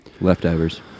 Leftovers